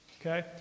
Okay